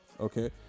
okay